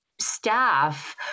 staff